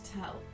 tell